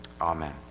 Amen